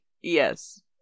Yes